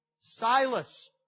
Silas